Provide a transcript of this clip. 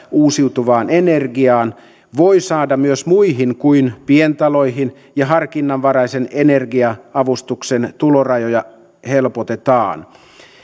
uusiutuvaan energiaan voi saada myös muihin kuin pientaloihin ja harkinnanvaraisen energia avustuksen tulorajoja helpotetaan